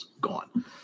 gone